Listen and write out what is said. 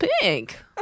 pink